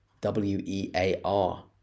W-E-A-R